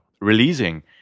releasing